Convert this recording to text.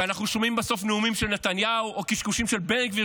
ואנחנו שומעים בסוף נאומים של נתניהו או קשקושים של בן גביר,